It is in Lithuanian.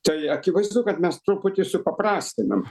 tai akivaizdu kad mes truputį supaprastinam